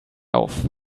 auf